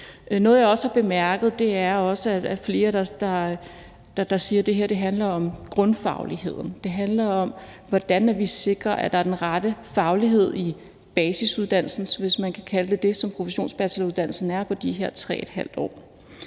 Noget, jeg har bemærket, er også, at der er flere, der siger, at det her handler om grundfagligheden; at det handler om, hvordan vi sikrer, at der er den rette faglighed i basisuddannelsen, hvis man kan kalde den det, som professionsbacheloruddannelsen er, altså